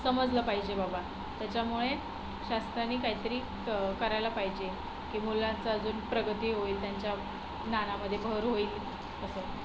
समजलं पाहिजे बाबा त्याच्यामुळे शासनानी काहीतरी करायला पाहिजे की मुलांचं अजून प्रगती होईल त्यांच्या ज्ञानामध्ये भर होईल असं